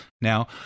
now